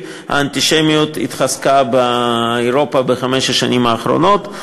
האנטישמיות התחזקה באירופה בחמש השנים האחרונות.